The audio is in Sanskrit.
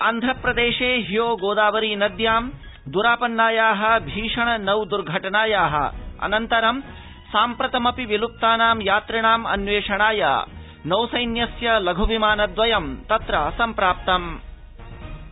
आन्ध्रप्रदेशे ह्यो गोदावरी नद्यां द्रापन्नायाः भीषण नौ दर्घटनायाः अनन्तरं साम्प्रतमपि विल्प्नानां यात्रिणाम् अन्वेषणाय नौसखिस्य लघुविमान द्वयं तत्र सम्प्राप्तमस्ति